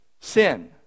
sin